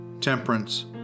temperance